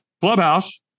clubhouse